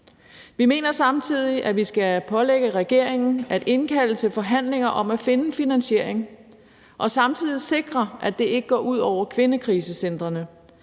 Vi mener samtidig, at vi skal pålægge regeringen at indkalde til forhandlinger om at finde finansiering og samtidig sikre, at det ikke går ud over kvindekrisecentrene,